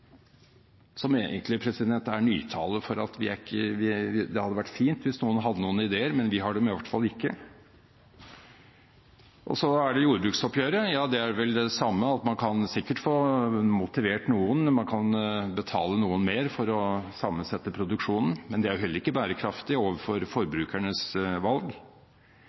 som egentlig er nytale for at det hadde vært fint hvis noen hadde noen ideer, men vi har dem i hvert fall ikke. Og så er det «jordbruksoppgjøret». Ja, det er vel det samme, at man kan sikkert få motivert noen, man kan betale noen mer for å sammensette produksjonen, men det er jo heller ikke bærekraftig overfor forbrukernes valg.